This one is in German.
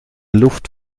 luft